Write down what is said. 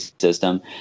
system